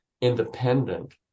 independent